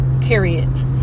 Period